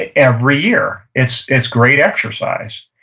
ah every year. it's it's great exercise.